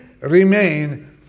remain